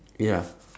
ya